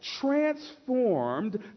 transformed